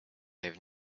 have